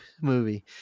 movie